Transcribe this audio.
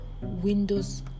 windows